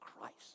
Christ